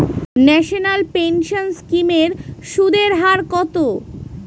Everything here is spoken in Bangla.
ন্যাশনাল পেনশন স্কিম এর সুদের হার কত?